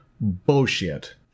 bullshit